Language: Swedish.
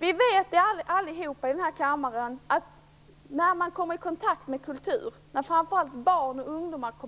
Vi vet allihop i denna kammare att när man kommer i kontakt med kultur - och det gäller framför allt barn och ungdomar -